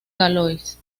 galois